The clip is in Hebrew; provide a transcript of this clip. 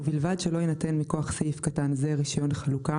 ובלבד שלא יינתן מכוח סעיף קטן זה רישיון חלוקה